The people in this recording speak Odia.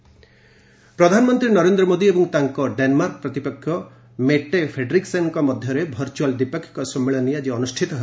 ଡେନମାର୍କ ପ୍ରଧାନମନ୍ତ୍ରୀ ନରେନ୍ଦ୍ର ମୋଦି ଏବଂ ତାଙ୍କ ଡେନମାର୍କ ପ୍ରତିପକ୍ଷ ମେଟେ ଫେଡ୍ରିକସେନଙ୍କ ମଧ୍ୟରେ ଭର୍ଚୁଆଲ ଦ୍ୱିପାକ୍ଷିକ ସମ୍ମିଳନୀ ଆଜି ଅନୁଷ୍ଠିତ ହେବ